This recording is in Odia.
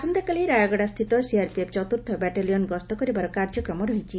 ଆସନ୍ତାକାଲି ରାୟଗଡ଼ାସ୍ଥିତି ସିଆର୍ପିଏଫ୍ ଚତୁର୍ଥ ବାଟାଲିୟନ୍ ଗସ୍ତ କାର୍ଯ୍ୟକ୍ରମ ରହିଛି